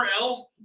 else